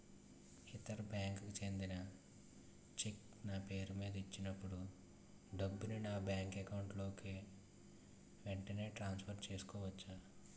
ఇతర బ్యాంక్ కి చెందిన చెక్ నా పేరుమీద ఇచ్చినప్పుడు డబ్బుని నా బ్యాంక్ అకౌంట్ లోక్ వెంటనే ట్రాన్సఫర్ చేసుకోవచ్చా?